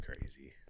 crazy